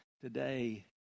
today